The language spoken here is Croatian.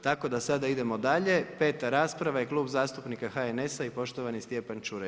Tako da sada idemo dalje, 5 rasprava je Klub zastupnika HNS-a i poštovani Stjepan Čuraj.